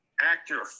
actor